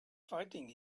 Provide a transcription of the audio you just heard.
fighting